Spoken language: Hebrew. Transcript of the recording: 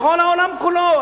בכל העולם כולו,